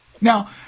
Now